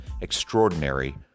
extraordinary